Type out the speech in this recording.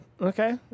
Okay